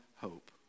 hope